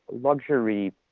luxury